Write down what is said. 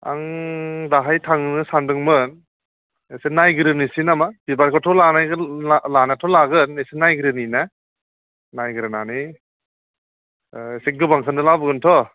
आं दाहाय थांनो सान्दोंमोन एसे नायग्रोनोसै नामा बिबारखौथ' लानायाथ' लागोन एसे नायग्रोनि ना नायग्रोनानै एसे गोबांखौनो लाबोगोनथ'